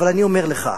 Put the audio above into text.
אבל אני אומר לך: